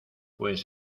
pues